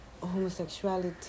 homosexuality